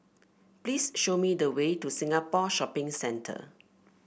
please show me the way to Singapore Shopping Centre